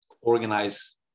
organize